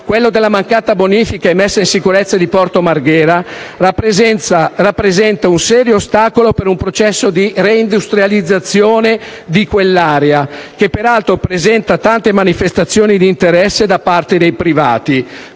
necessari. La mancata bonifica e messa in sicurezza di Porto Marghera rappresenta un serio ostacolo per un processo per di reindustrializzazione di quell'area, che peraltro presenta tante manifestazioni di interesse da parte dei privati.